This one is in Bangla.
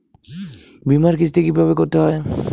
বিমার কিস্তি কিভাবে করতে হয়?